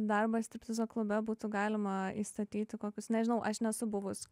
darbą striptizo klube būtų galima įstatyti kokius nežinau aš nesu buvus